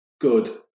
good